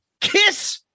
Kiss